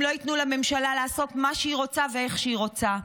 הם לא ייתנו לממשלה לעשות מה שהיא רוצה ואיך שהיא רוצה.